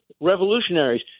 revolutionaries